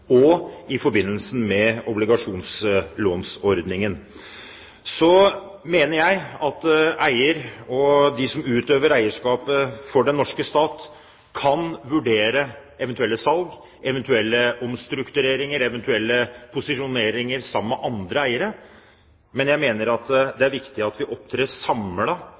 og obligasjonslåneordningen. Så mener jeg at eier og de som utøver eierskapet for den norske stat, kan vurdere eventuelle salg, eventuelle omstruktureringer og eventuelle posisjoneringer sammen med andre eiere. Men jeg mener at det er viktig at vi opptrer